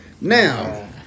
Now